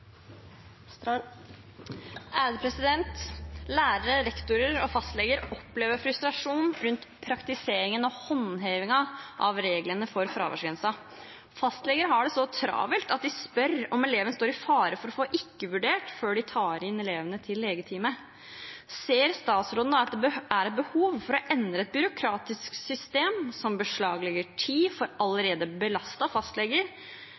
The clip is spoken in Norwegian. Lærere, rektorer og fastleger opplever frustrasjon rundt praktiseringen og håndhevingen av reglene for fraværsgrensen. Fastleger har det så travelt at de spør om elevene står i fare for å få «ikke vurdert» før de tar inn elevene til legetime. Ser statsråden at det er et behov for å endre et byråkratisk system som beslaglegger tid for allerede belastede fastleger,